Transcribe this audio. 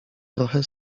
trochę